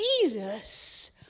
Jesus